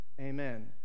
Amen